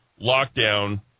lockdown